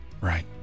Right